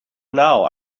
now